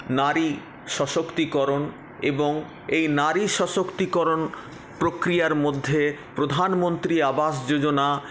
নারী সশক্তিকরণ এবং এই নারী সশক্তিকরণ প্রক্রিয়ার মধ্যে প্রধানমন্ত্রী আবাস যোজনা